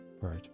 Right